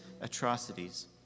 atrocities